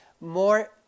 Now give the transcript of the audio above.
more